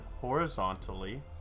horizontally